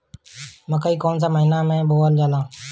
मकई कौन महीना मे बोअल जाला?